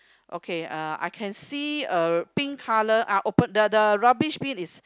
okay uh I can see a pink color ah open the the rubbish bin is